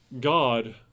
God